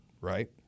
Right